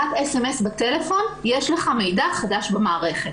שיש לו מידע חדש במערכת.